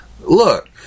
Look